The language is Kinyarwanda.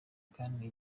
kandi